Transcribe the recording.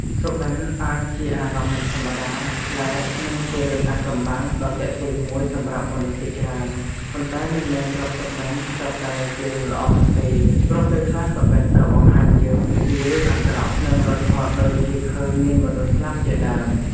សុបិន្តអាចជាអារម្មណ៍មិនធម្មតា ប្លែក និងជារឿងអាថ៌កំបាំងដ៏ទាក់ទាញមួយសម្រាប់មនុស្សជាច្រើន ប៉ុន្តែមិនមែនគ្រប់សុបិន្តសុទ្ធតែជារឿងល្អនោះទេ ព្រោះពេលខ្លះសុបន្តិក៏បង្ហាញយើងពីរឿងអាក្រក់ និងរន្ធត់ដូចជាឃើញមានមនុស្សស្លាប់ជាដើម។